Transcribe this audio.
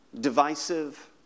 divisive